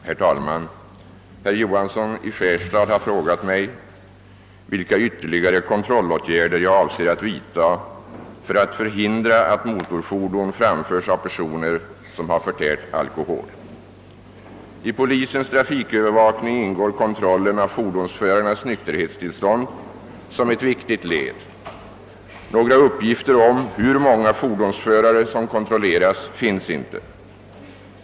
Herr talman! Herr Johansson i Skärstad har frågat mig vilka ytterligare kontrollåtgärder jag avser att vidta för att förhindra att motorfordon framförs av personer som har förtärt alkohol. I polisens trafikövervakning ingår kontrollen av fordonsförarnas nykterhetstillstånd som ett viktigt led. Några uppgifter om hur många fordonsförare som kontrolleras finns inte.